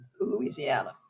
Louisiana